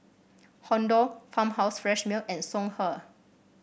Honda Farmhouse Fresh Milk and Songhe